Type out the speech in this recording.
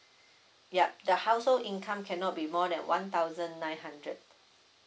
yup the household income cannot be more than one thousand nine hundred